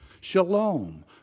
shalom